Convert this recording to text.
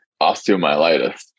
osteomyelitis